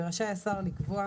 ורשאי השר לקבוע,